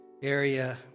area